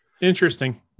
interesting